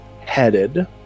headed